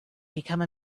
become